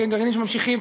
גרעינים שממשיכים,